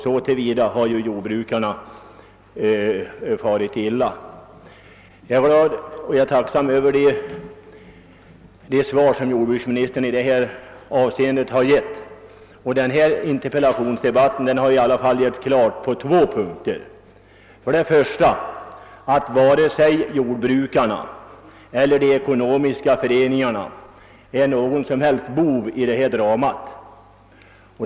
Så till vida har jordbrukarna farit illa. Jag är glad och tacksam över de besked som jordbruksministern nu givit. Denna interpellationsdebatt har dock varit klargörande på två punkter. Den första är att varken jordbrukarna eller deras ekonomiska föreningar har varit några bovar i det här dramat.